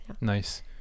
Nice